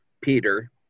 Peter